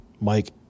Mike